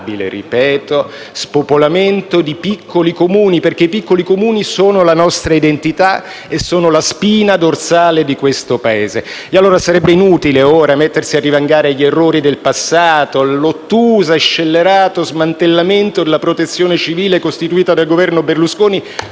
ripeto - spopolamento di piccoli Comuni, perché i piccoli Comuni sono la nostra identità e la spina dorsale di questo Paese. Sarebbe inutile ora mettersi a rivangare gli errori del passato, l'ottuso e scellerato smantellamento della Protezione civile, costituita dal Governo Berlusconi,